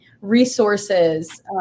resources